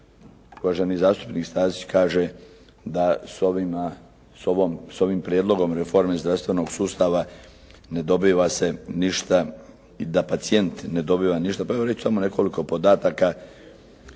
Uvaženi zastupnik Stazić kaže da s ovim prijedlogom reforme zdravstvenog sustava ne dobiva se ništa, da pacijent ne dobiva ništa.